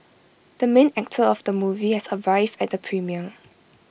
the main actor of the movie has arrived at the premiere